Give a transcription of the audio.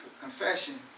confession